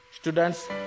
Students